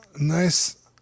nice